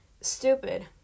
stupid